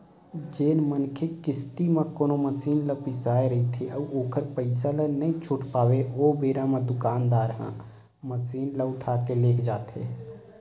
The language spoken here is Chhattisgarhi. जेन मनखे किस्ती म कोनो मसीन ल बिसाय रहिथे अउ ओखर पइसा ल नइ छूट पावय ओ बेरा म दुकानदार ह मसीन ल उठाके लेग जाथे